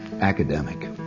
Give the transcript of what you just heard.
academic